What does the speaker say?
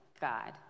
God